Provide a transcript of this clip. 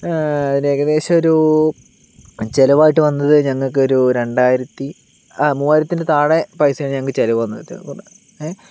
അതിന് ഏകദേശം ഒരു ചിലവായിട്ടു വന്നത് ഞങ്ങൾക്ക് ഒരു രണ്ടായിരത്തി മൂവായിരത്തിൻ്റെ താഴെ പൈസയാണ് ഞങ്ങൾക്ക് ചിലവ് വന്നത് ചെലവ് വന്നത്